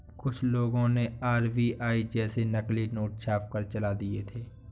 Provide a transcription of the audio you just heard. कुछ लोगों ने आर.बी.आई जैसे नकली नोट छापकर चला दिए थे